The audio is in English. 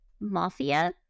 mafia